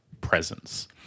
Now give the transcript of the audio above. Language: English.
presence